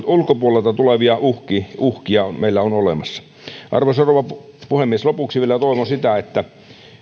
ulkopuolelta tulevia uhkia uhkia meillä ole olemassa arvoisa rouva puhemies lopuksi vielä toivon sitä että